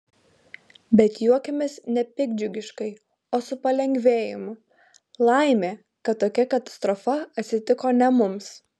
bet juokiamės ne piktdžiugiškai o su palengvėjimu laimė kad tokia katastrofa atsitiko ne mums